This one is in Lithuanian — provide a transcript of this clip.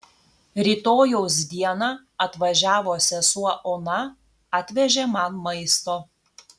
rytojaus dieną atvažiavo sesuo ona atvežė man maisto